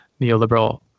neoliberal